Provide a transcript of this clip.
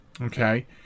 Okay